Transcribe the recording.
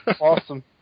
Awesome